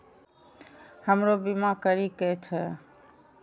हमरो बीमा करीके छः?